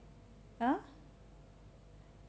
!huh!